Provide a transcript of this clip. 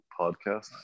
podcast